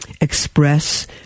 express